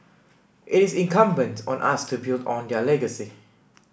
it is incumbent on us to build on their legacy